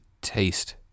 taste